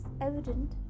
evident